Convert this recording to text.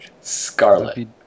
Scarlet